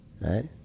Right